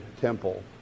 temple